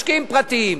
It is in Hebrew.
משקיעים פרטיים,